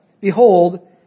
Behold